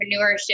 entrepreneurship